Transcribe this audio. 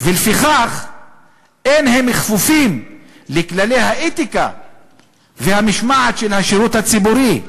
ולפיכך אין הם כפופים לכללי האתיקה והמשמעת של השירות הציבורי.